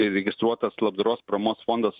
įregistruotas labdaros paramos fondas